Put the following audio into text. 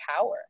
power